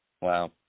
Wow